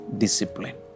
discipline